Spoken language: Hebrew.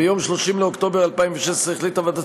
ביום 30 באוקטובר 2016 החליטה ועדת